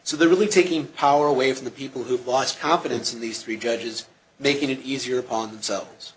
so they're really taking power away from the people who've lost confidence in these three judges making it easier upon themselves